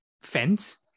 fence